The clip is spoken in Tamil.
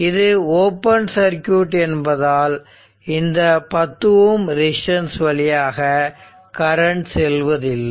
இது ஓபன் சர்க்யூட் என்பதால் இந்த 10 Ω ரெசிஸ்டன்ஸ் வழியாக கரண்ட் செல்வதில்லை